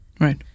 right